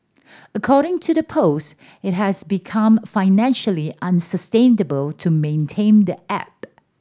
according to the post it has become financially unsustainable to maintain the app